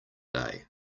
day